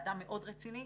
אדם מאוד רציני,